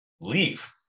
leave